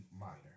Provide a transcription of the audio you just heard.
minor